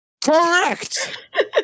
Correct